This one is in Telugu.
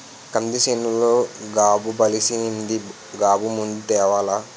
కంది సేనులో గాబు బలిసీసింది గాబు మందు తేవాల